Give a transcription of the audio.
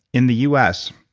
in the us,